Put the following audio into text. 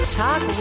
talk